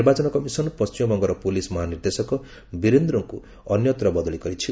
ନିର୍ବାଚନ କମିଶନ ପଶ୍ଚିମବଙ୍ଗର ପୁଲିସ୍ ମହାନିର୍ଦ୍ଦେଶକ ବୀରେନ୍ଦ୍ରଙ୍କୁ ଅନ୍ୟତ୍ର ବଦଳି କରିଛି